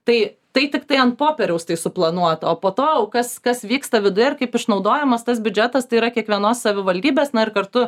tai tai tiktai ant popieriaus tai suplanuota o po to jau kas kas vyksta viduje ir kaip išnaudojamas tas biudžetas tai yra kiekvienos savivaldybės na ir kartu